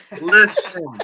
listen